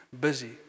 busy